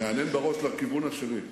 מהנהן בראש לכיוון השני.